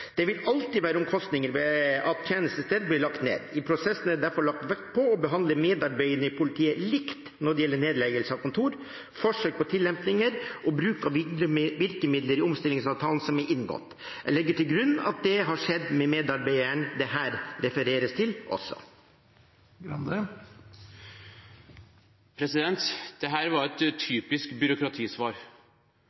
Det vil alltid være omkostninger ved at tjenestesteder blir lagt ned. I prosessen er det derfor lagt vekt på å behandle medarbeidere i politiet likt når det gjelder nedleggelse av kontor, forsøk på tillempninger og bruk av virkemidler i omstillingsavtalen som er inngått. Jeg legger til grunn at det også har skjedd med medarbeideren det her refereres til. Dette var et typisk byråkratisvar. Jeg mener at her